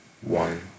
one